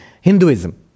Hinduism